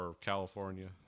California